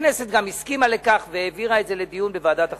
גם הכנסת הסכימה לכך והעבירה את זה לדיון בוועדת החוקה.